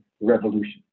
revolution